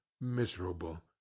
miserable